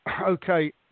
okay